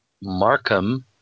Markham